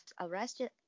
arrested